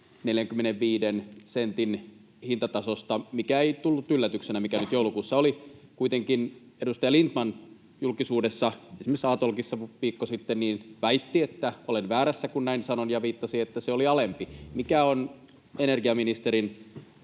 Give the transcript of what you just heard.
45 sentin hintatasosta, mikä nyt joulukuussa oli, mikä ei tullut yllätyksenä. Kuitenkin edustaja Lindtman julkisuudessa, esimerkiksi A-talkissa viikko sitten, väitti, että olen väärässä, kun näin sanon, ja viittasi siihen, että se oli alempi. Mikä on energiaministerin